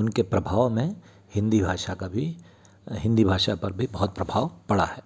उनके प्रभाव में हिन्दी भाषा का भी हिन्दी भाषा पर भी बहुत प्रभाव पड़ा है